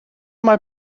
mae